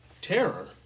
terror